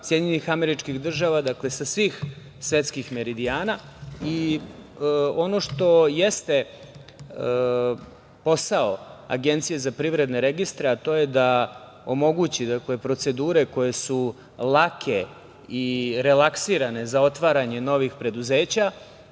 Bliskog Istoka, SAD, dakle sa svih svetskih meridijana. Ono što jeste posao Agencije za privredne registre, a to je a omogući procedure koje su lake i relaksirane za otvaranje novih preduzeća,